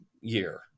year